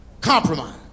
compromise